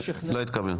לא התקבל.